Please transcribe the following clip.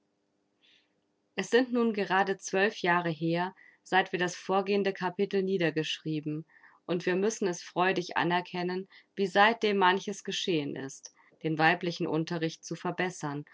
es sind nun gerade zwölf jahre her seit wir das vorgehende kapitel niedergeschrieben und wir müssen es freudig anerkennen wie seitdem manches geschehen ist den weiblichen unterricht zu verbessern